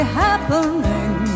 happening